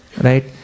right